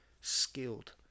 skilled